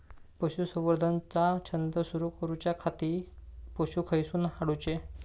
पशुसंवर्धन चा धंदा सुरू करूच्या खाती पशू खईसून हाडूचे?